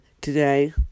today